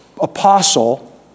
apostle